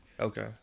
Okay